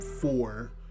four